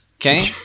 okay